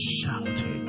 shouting